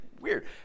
weird